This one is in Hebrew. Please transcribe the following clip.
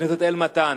בית-הכנסת "אלמתן".